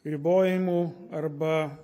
ribojimų arba